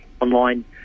online